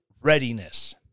readiness